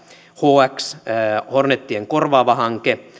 hx eli hornetien korvaava hanke